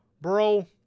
Bro